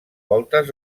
voltes